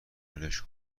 ولش